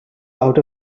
out